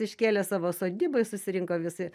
iškėlė savo sodyboj susirinko visi